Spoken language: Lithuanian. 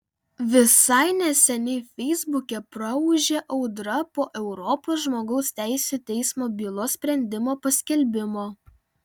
visai neseniai feisbuke praūžė audra po europos žmogaus teisių teismo bylos sprendimo paskelbimo